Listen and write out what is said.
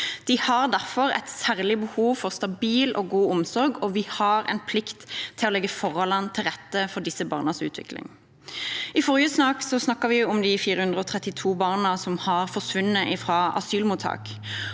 De har derfor et særlig behov for stabil og god omsorg, og vi har en plikt til å legge forholdene til rette for disse barnas utvikling. I forrige sak snakket vi om de 432 barna som har forsvunnet fra asylmottak,